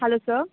hello sir